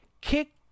kick